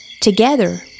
Together